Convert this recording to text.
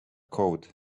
code